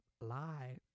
lie